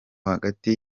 hagati